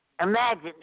Imagine